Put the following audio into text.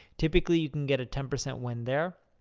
typically, you can get a ten percent win there.